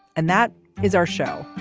and that is our show.